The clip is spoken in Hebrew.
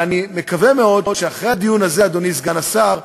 ואני מקווה מאוד שאחרי הדיון הזה, אדוני סגן השר,